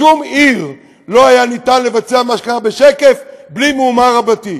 בשום עיר לא היה אפשר לעשות מה שקרה בשקף בלי מהומה רבתי,